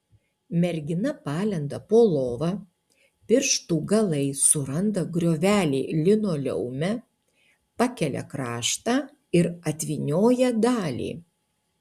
mergina palenda po lova pirštų galais suranda griovelį linoleume pakelia kraštą ir atvynioja dalį